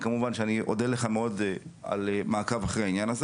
וכמובן שאני אודה לך מאוד על מעקב אחרי העניין הזה